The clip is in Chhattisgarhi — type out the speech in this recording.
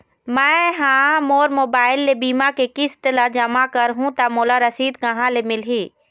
मैं हा मोर मोबाइल ले बीमा के किस्त ला जमा कर हु ता मोला रसीद कहां ले मिल ही?